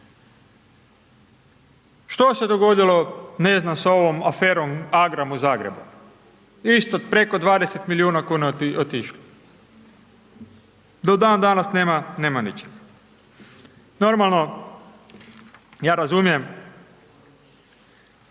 Što se dogodilo, ne znam, s ovom aferom Agram u Zagrebu? Isto preko 20 milijuna kuna je otišlo. Do dan danas nema ničeg. Normalno, ja razumijem